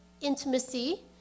intimacy